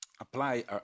apply